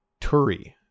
Turi